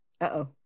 uh-oh